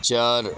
چار